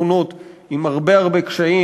בשכונות עם הרבה הרבה קשיים,